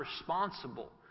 responsible